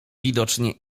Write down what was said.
widocznie